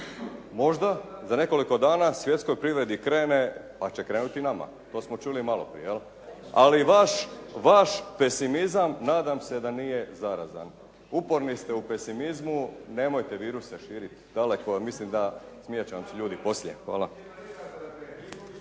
Možda za nekoliko dana svjetskoj privredi krene, pa će krenuti i nama. To smo čuli maloprije jel'. Ali vaš pesimizam nadam se da nije zarazan. Uporni ste u pesimizmu. Nemojte viruse širiti daleko, jer mislim da smijat će vam se ljudi poslije. Hvala.